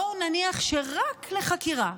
בואו נניח שרק לחקירה,